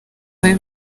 bari